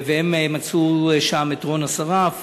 הם מצאו שם את אור אסרף,